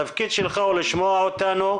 התפקיד שלך הוא לשמוע אותנו,